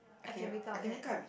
I can wake up at